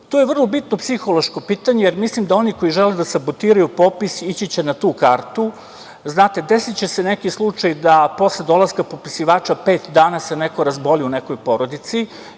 je vrlo bitno psihološko pitanje, jer mislim da oni koji žele da sabotiraju popis ići će na tu kartu. Znate, desiće se neki slučaj da posle dolaska popisivača pet dana se neko razboli u nekoj porodici,